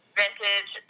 vintage